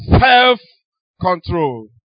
self-control